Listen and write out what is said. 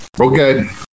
okay